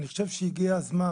אני חושב שהגיע הזמן,